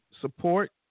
Support